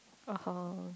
(uh huh)